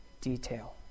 detail